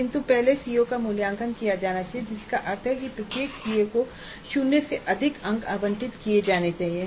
किंतु प्रत्येक सीओ का मूल्यांकन किया जाना चाहिए जिसका अर्थ है कि प्रत्येक सीओ को शून्य से अधिक अंक आवंटित किए जाने चाहिए